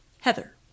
Heather